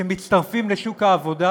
שמצטרפים לשוק העבודה,